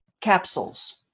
capsules